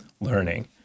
learning